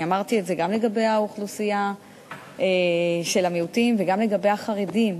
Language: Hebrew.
אני אמרתי את זה גם לגבי אוכלוסיית המיעוטים וגם לגבי החרדים.